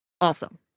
Awesome